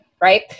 Right